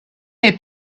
their